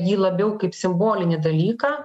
jį labiau kaip simbolinį dalyką